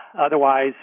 Otherwise